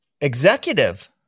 executive